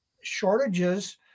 shortages